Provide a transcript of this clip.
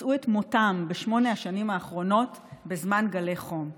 מצאו את מותם בשמונה השנים האחרונות בזמן גלי חום.